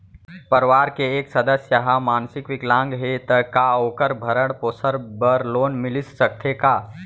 परवार के एक सदस्य हा मानसिक विकलांग हे त का वोकर भरण पोषण बर लोन मिलिस सकथे का?